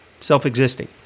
self-existing